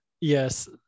yes